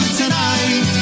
tonight